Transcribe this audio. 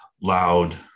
Loud